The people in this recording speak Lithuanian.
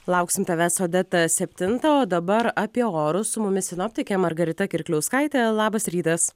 lauksim tavęs odeta septintą o dabar apie orus su mumis sinoptikė margarita kirkliauskaitė labas rytas